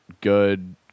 good